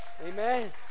Amen